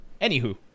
Anywho